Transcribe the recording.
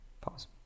Pause